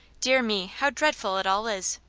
dear me, how dreadful it all is!